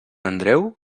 andreu